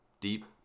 deep